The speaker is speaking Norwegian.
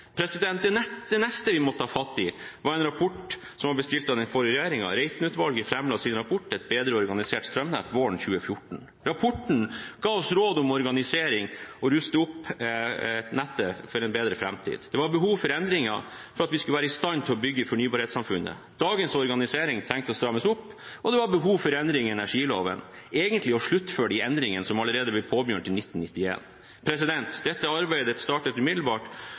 Det neste vi måtte ta fatt i, var en rapport som var bestilt av den forrige regjeringen. Reiten-utvalget framla sin rapport «Et bedre organisert strømnett» våren 2014. Rapporten ga oss råd om organisering for å ruste opp nettet for en bedre framtid. Det var behov for endringer for at vi skulle være i stand til å bygge fornybarhetssamfunnet. Dagens organisering trengtes å strammes opp. Og det var behov for endringer i energiloven, egentlig å sluttføre de endringene som allerede ble påbegynt i 1991. Dette arbeidet startet umiddelbart